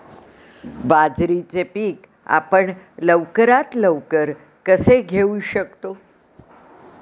बाजरीचे पीक आपण लवकरात लवकर कसे घेऊ शकतो?